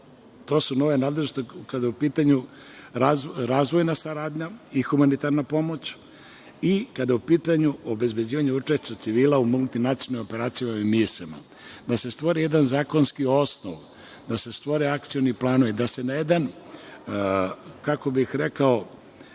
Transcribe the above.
to su nove nadležnosti kada je u pitanju razvojna saradnja i humanitarna pomoć i kada je u pitanju obezbeđivanje učešća civila u multinacionalnoj operaciji … da se stvori jedan zakonski osnov, da se stvore akcioni planovi, da se na jedan institucionalan